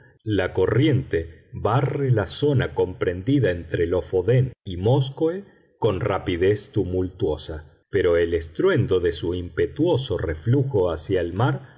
la corriente barre la zona comprendida entre lofoden y móskoe con rapidez tumultuosa pero el estruendo de su impetuoso reflujo hacia el mar